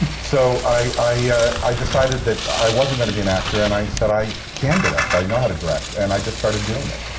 so i i decided that i wasn't going to be an actor, and i and said, i can direct. i know how to direct. and i just started doing it.